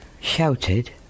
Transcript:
shouted